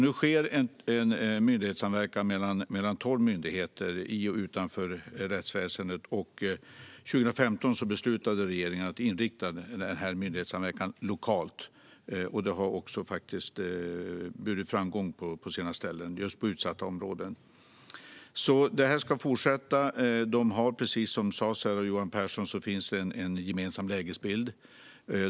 Nu sker en myndighetssamverkan mellan tolv myndigheter i och utanför rättsväsendet. År 2015 beslutade regeringen att inrikta myndighetssamverkan lokalt, och det har burit framgång på sina ställen i just utsatta områden. Detta ska fortsätta. Precis som Johan Pehrson sa finns en gemensam lägesbild.